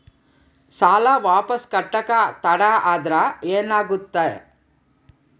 ಸಾಲ ವಾಪಸ್ ಕಟ್ಟಕ ತಡ ಆದ್ರ ಏನಾಗುತ್ತ?